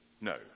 No